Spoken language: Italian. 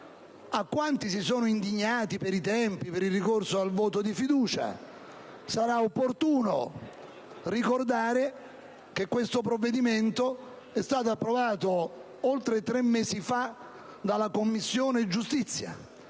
A quanti si sono indignati per i tempi, per il ricorso al voto di fiducia, sarà opportuno ricordare che questo provvedimento è stato approvato oltre tre mesi fa dalla Commissione giustizia